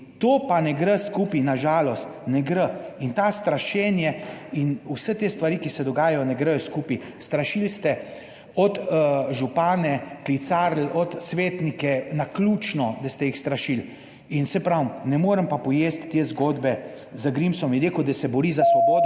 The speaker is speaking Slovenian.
to pa ne gre skupaj, na žalost ne gre. In to strašenje in vse te stvari, ki se dogajajo, ne gredo skupaj. Strašili ste župane klicaril, svetnike, naključno, da ste jih strašili. In saj pravim, ne morem pa pojesti te zgodbe z Grimsom. Je rekel, da se bori za svobodo